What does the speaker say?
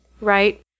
right